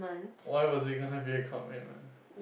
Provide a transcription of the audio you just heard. why was it gonna be a commitment